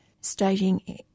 stating